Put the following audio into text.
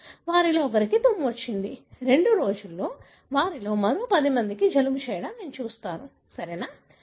వారిలో ఒకరికి తుమ్ము వచ్చింది రెండు రోజుల్లో వారిలో మరో 10 మందికి జలుబు చేయడం నేను చూస్తాను సరియైనదా